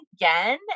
again